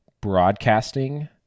broadcasting